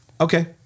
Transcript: okay